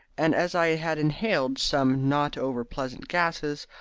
and as i had inhaled some not-over-pleasant gases,